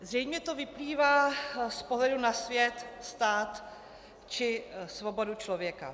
Zřejmě to vyplývá z pohledu na svět, stát či svobodu člověka.